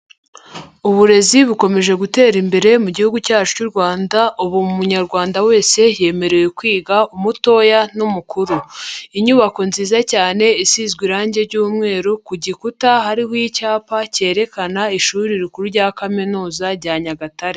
Uburezi bukomeje gutera imbere mu gihugu cyacu cy'u Rwanda, ubu munyarwanda wese yemerewe kwiga umutoya n'umukuru. Inyubako nziza cyane isizwe irangi ry'umweru ku gikuta hariho icyapa cyerekana ishuri rikuru rya kaminuza rya Nyagatare.